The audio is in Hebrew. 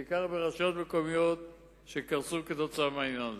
בעיקר רשויות מקומיות קרסו כתוצאה מהעניין הזה.